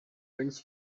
things